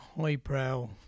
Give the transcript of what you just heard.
highbrow